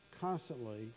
constantly